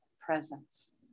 presence